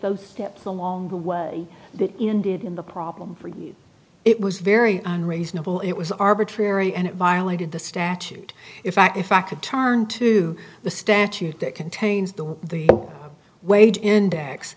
those steps along the way that ended in the problem for you it was very unreasonable it was arbitrary and it violated the statute in fact in fact to turn to the statute that contains the wage index